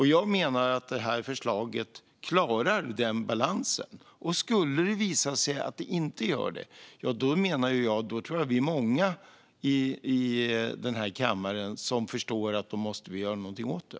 Jag menar att förslaget klarar den balansen. Skulle det visa sig att det inte gör det tror jag att vi är många i den här kammaren som förstår att vi måste göra någonting åt det.